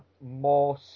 more